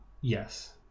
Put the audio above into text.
yes